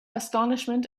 astonishment